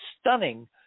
stunning